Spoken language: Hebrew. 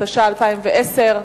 התש"ע 2010,